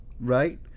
right